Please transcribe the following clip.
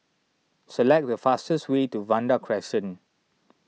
select the fastest way to Vanda Crescent